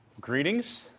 Greetings